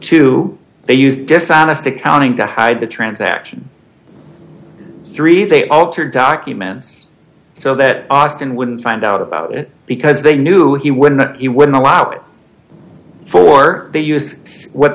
to they use dishonest accounting to hide the transaction three they altered documents so that austin wouldn't find out about it because they knew he would not he wouldn't allow it for they used what